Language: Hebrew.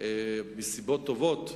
מסיבות טובות,